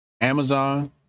Amazon